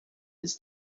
his